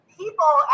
people